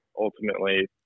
ultimately